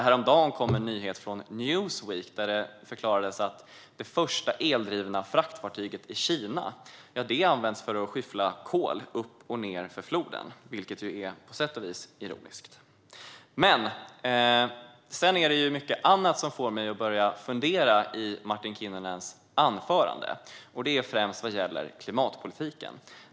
Häromdagen kom en nyhet från Newsweek där man förklarade att det första eldrivna fraktfartyget i Kina används för att skyffla kol upp och ned i floden, vilket på sätt och vis är ironiskt. Men det är mycket annat i Martin Kinnunens anförande som får mig att börja fundera; det gäller främst klimatpolitiken.